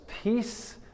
peace